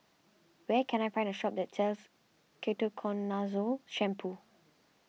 where can I find a shop that sells Ketoconazole Shampoo